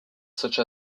such